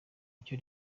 icyo